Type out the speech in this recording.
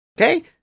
Okay